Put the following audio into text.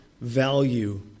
value